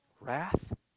wrath